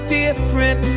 different